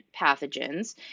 pathogens